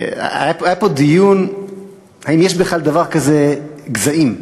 היה פה דיון אם יש בכלל דבר כזה גזעים,